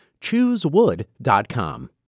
Choosewood.com